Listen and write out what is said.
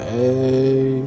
Hey